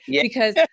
Because-